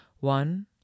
one